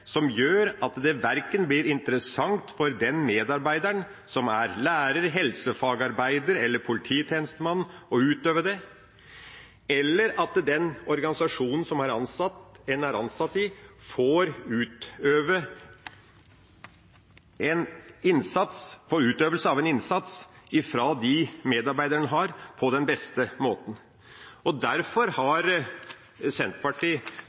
som gjør at det ikke blir interessant verken for den medarbeideren som er lærer, helsefagarbeider eller polititjenestemann, å utøve det, eller at den organisasjonen som en er ansatt i, får utøve en innsats gjennom de medarbeiderne den har, på den beste måten. Derfor har Senterpartiet